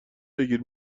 بگیر